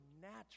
natural